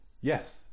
Yes